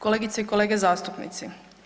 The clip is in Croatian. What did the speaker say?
Kolegice i kolege zastupnici.